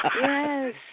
Yes